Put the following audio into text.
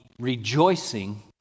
rejoicing